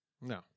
No